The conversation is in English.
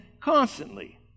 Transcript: constantly